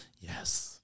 Yes